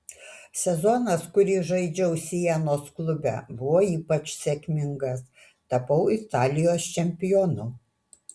sezonas kurį žaidžiau sienos klube buvo ypač sėkmingas tapau italijos čempionu